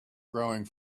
growing